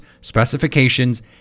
specifications